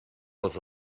was